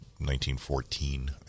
1914